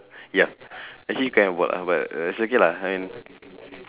ya actually can work lah but uh it's okay lah I mean